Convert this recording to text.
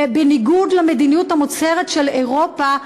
בניגוד למדיניות המוצהרת של אירופה,